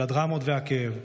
של הדרמות והכאב,